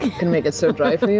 and make it so dry for you.